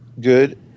good